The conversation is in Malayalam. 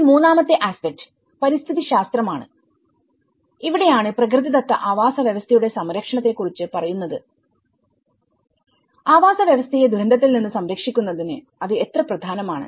ഇനി മൂന്നാമത്തെ ആസ്പെക്ട് പരിസ്ഥിതിശാസ്ത്രമാണ് ഇവിടെയാണ് പ്രകൃതിദത്ത ആവാസവ്യവസ്ഥയുടെ സംരക്ഷണത്തെ കുറിച്ച് പറയുന്നത് ആവാസവ്യവസ്ഥയെ ദുരന്തത്തിൽ നിന്ന് സംരക്ഷിക്കുന്നതിന് അത് എത്ര പ്രധാനമാണ്